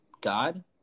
God